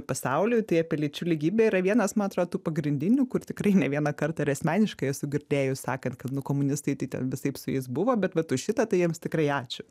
pasauliui tai apie lyčių lygybę yra vienas man atrodo tų pagrindinių kur tikrai ne vieną kartą ir asmeniškai esu girdėjus sakant kad nu komunistai tai ten visaip su jais buvo bet vat už šitą tai jiems tikrai ačiū